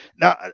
now